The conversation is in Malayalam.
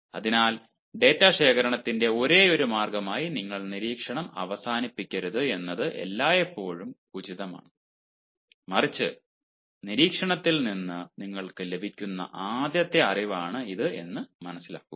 അതിനാൽ ഡാറ്റ ശേഖരണത്തിന്റെ ഒരേയൊരു മാർഗ്ഗമായി നിങ്ങൾ നിരീക്ഷണം അവസാനിപ്പിക്കരുത് എന്നത് എല്ലായ്പ്പോഴും ഉചിതമാണ് മറിച്ച് നിരീക്ഷണത്തിൽ നിന്ന് നിങ്ങൾക്ക് ലഭിക്കുന്ന ആദ്യത്തെ അറിവാണ് ഇത് എന്ന് മനസിലാക്കുക